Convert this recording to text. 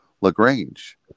LaGrange